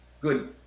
good